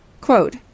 Quote